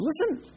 listen